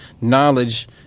knowledge